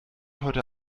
heute